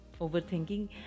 overthinking